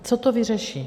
Co to vyřeší?